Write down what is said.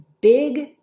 big